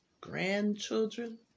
grandchildren